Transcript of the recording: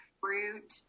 fruit